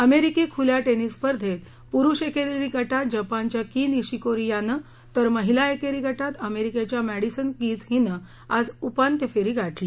अमेरिकी खुल्या टेनिस स्पर्धेत पुरुष एकेरी गटात जपानच्या की निशीकोरी यानं तर महिला एकेरीगटात अमेरिकेच्या मर्डिसन कीज हिनं आज उपांत्य फेरी गाठली